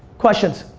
questions.